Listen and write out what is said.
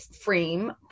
frame